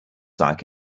like